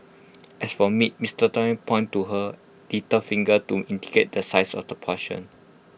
as for meat miss Thelma pointed to her little finger to indicate the size of the portion